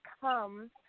come